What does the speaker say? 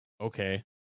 Okay